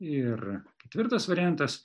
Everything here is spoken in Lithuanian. ir ketvirtas variantas